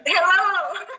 Hello